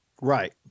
Right